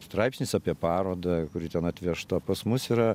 straipsnis apie parodą kuri ten atvežta pas mus yra